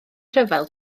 rhyfel